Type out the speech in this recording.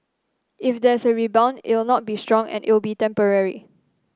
if there's a rebound it'll not be strong and it'll be temporary